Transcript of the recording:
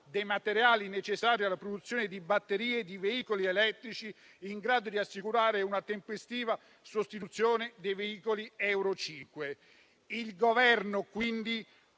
dei materiali necessari alla produzione di batterie di veicoli elettrici in grado di assicurare una tempestiva sostituzione dei veicoli Euro 5.